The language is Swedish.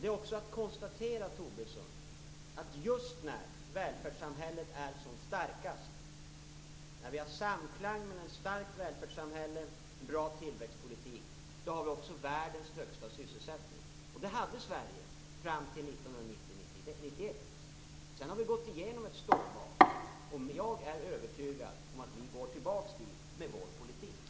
Det är också att konstatera, Tobisson, att just när välfärdssamhället är som starkast, när vi har samklang mellan starkt välfärdssamhälle och bra tillväxtpolitik, har vi också världens högsta sysselsättning. Och det hade Sverige fram till 1990-1991. Sedan har vi gått igenom ett stålbad. Men jag är övertygad om att vi går tillbaka till välfärdssamhället med vår politik.